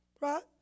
right